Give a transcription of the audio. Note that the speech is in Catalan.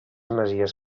masies